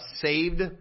saved